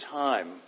time